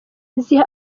ziha